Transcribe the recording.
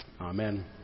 amen